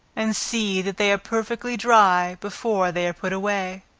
and see that they are perfectly dry before they are put away.